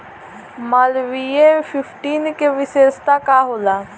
Malviya fifteen के विशेषता का होला?